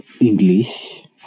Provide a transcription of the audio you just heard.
english